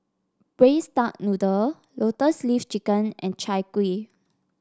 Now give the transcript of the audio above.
Braised Duck Noodle Lotus Leaf Chicken and Chai Kuih